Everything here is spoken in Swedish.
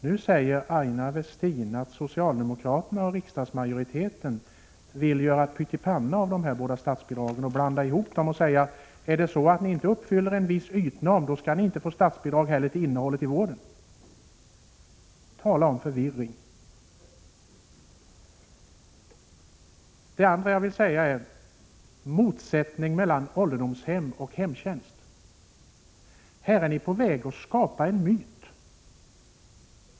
Nu säger Aina Westin att socialdemokraterna och riksdagsmajoriteten vill göra pytt i panna av dessa båda statsbidrag och blanda ihop dem samt säga: Uppfyller ni inte en viss ytnorm skall ni inte heller få statsbidrag till innehållet i vården. Tala om förvirring! Min andra punkt handlar om den påstådda motsättningen mellan ålderdomshem och hemtjänst. Här är ni på väg att skapa en myt.